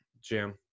Jim